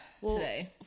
today